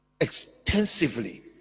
extensively